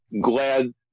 glad